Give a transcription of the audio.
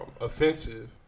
offensive